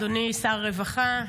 אדוני שר הרווחה,